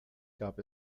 gab